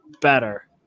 better